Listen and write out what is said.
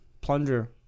plunger